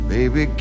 Baby